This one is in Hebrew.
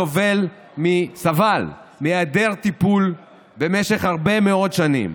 סבל מהיעדר טיפול במשך הרבה מאוד שנים.